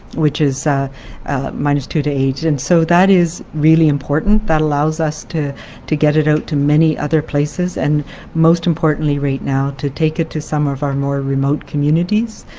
which is minus two to eight. and so that is really important. that allows us to to get it out to many other places, and most importantly right now, to take it to some of our more remote communities.